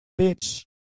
Bitch